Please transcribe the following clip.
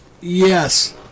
yes